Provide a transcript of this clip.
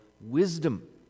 wisdom